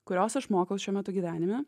kurios aš mokaus šiuo metu gyvenime